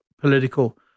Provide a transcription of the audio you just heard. political